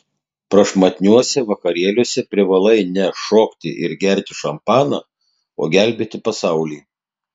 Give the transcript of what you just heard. prašmatniuose vakarėliuose privalai ne šokti ir gerti šampaną o gelbėti pasaulį